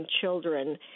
children